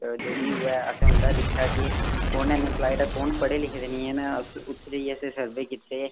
अ जो बी उ'ऐ अ'सें उं'दा दिक्खेआ कि कु'न अनइम्पलायड ऐ कु'न पढ़े लिखे दे निं हैन अस उत्थै जाइयै अ'सें सर्वे कीते